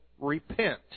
repent